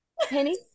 Penny